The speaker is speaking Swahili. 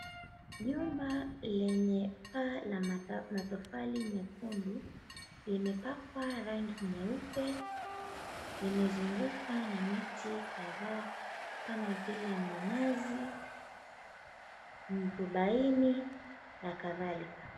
Jumba lenye paa na matofali mekundu imepakwa rangi nyeupe imezungukwa na miti kama vile minazi, mwarubaini, na kadhalika